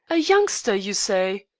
a youngster, you say?